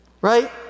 right